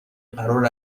قرار